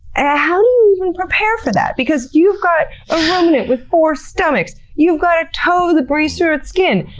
and how do you even prepare for that? because you've got a um ruminant with four stomachs, you've got a toad that breathes through its skin,